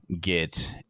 get